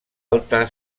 alta